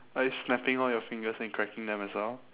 are you snapping all your fingers and cracking them as well